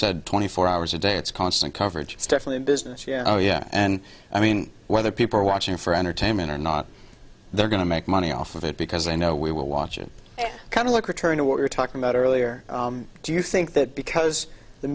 said twenty four hours a day it's constant coverage stefania business you know yeah and i mean whether people are watching for entertainment or not they're going to make money off of it because they know we will watch it and kind of look return to what we're talking about earlier do you think that because the